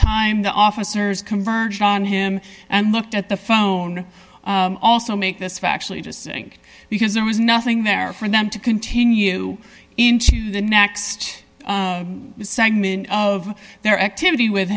time the officers converged on him and looked at the phone also make this factually just sink because there was nothing there for them to continue into the next segment of their activity with